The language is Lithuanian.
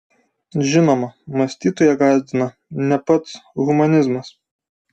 žinoma mąstytoją gąsdina ne pats humanizmas